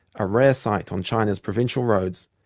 a rare site on china's provincial roads,